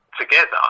together